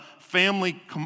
family